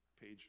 Page